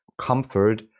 comfort